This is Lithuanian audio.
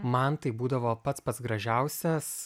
man tai būdavo pats pats gražiausias